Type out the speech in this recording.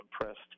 impressed